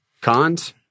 Cons